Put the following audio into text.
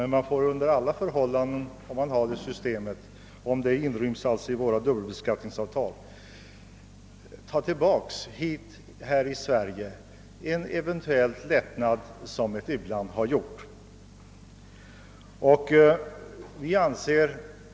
Om detta system inryms i våra dubbelbeskattningsavtal, tar vi i alla fall i Sverige tillbaka en eventuell lättnad som ett u-land har beviljat.